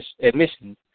admissions